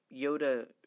Yoda